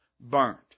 burnt